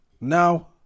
Now